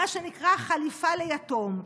מה שנקרא חליפה ליתום.